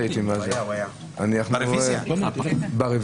בסעיף 7 הפחתנו את הקנס מ-ב' ל-ג',